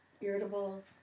irritable